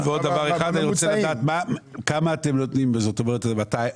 אני רוצה לדעת כמה אתם נותנים במוצרים שאתם משווקים היום.